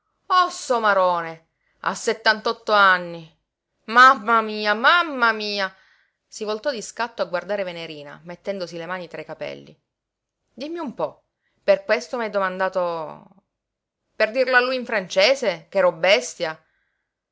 oh somarone a settantotto anni mamma mia mamma mia si voltò di scatto a guardare venerina mettendosi le mani tra i capelli dimmi un po per questo m'hai domandato per dirlo a lui in francese ch'ero bestia